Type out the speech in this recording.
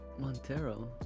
Montero